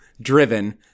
driven